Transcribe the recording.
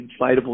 inflatable